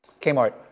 Kmart